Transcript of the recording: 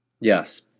Yes